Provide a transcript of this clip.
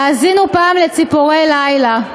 האזינו פעם ל'ציפורי לילה'.